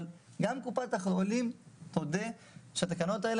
אבל גם קופת החולים תודה שהתקנות האלה